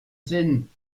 sinn